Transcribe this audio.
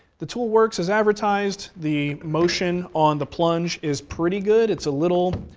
the tool works as advertised, the motion on the plunge is pretty good. it's a little,